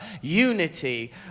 Unity